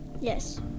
Yes